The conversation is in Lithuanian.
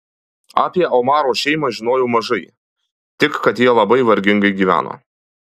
apie omaro šeimą žinojau mažai tik kad jie labai vargingai gyvena